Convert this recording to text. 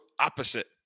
opposite